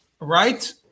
right